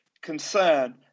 concern